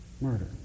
murder